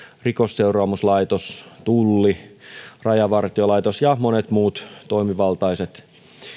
rikosseuraamuslaitos tulli rajavartiolaitos ja monet muut toimivaltaiset